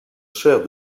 chaire